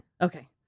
okay